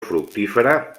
fructífera